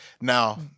now